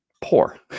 poor